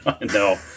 No